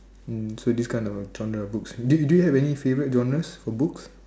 mm so this kind of genres book do you have any favorite genres of books